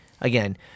again